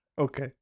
Okay